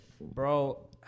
Bro